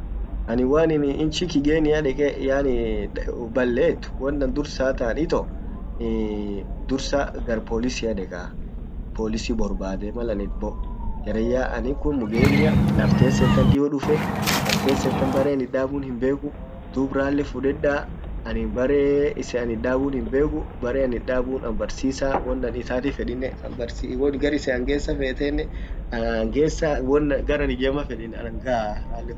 annin waan inchinkigenia deke yaani ballet won an dursan taan ito dursa gar polisia dekaa, polisi borbade malan it bo jaran yaa anin kun mgenia laf tesen tan dio dufe laf tesen tan bare an itbaddun himbekuu dub ralle fuledaa bare an itdabun an barsisaa won an itati fedinen an barsisa gar isen an gesa feteninnen an angesaa won gar an ijema fedin anan gaa sun issen kadedaa.